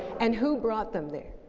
and who brought them there?